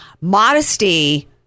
modesty